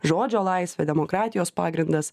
žodžio laisvė demokratijos pagrindas